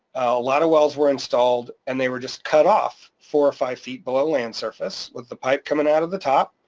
a lot of wells were installed and they were just cut off four or five feet below land surface with the pipe coming out of the top,